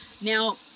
now